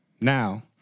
now –